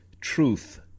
truth